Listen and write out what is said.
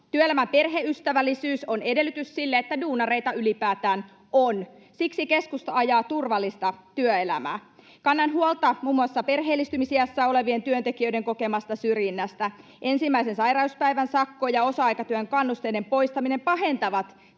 Työelämän perheystävällisyys on edellytys sille, että duunareita ylipäätään on. Siksi keskusta ajaa turvallista työelämää. Kannan huolta muun muassa perheellistymisiässä olevien työntekijöiden kokemasta syrjinnästä. Ensimmäisen sairauspäivän sakko ja osa-aikatyön kannusteiden poistaminen pahentavat